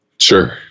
Sure